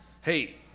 Hey